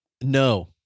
no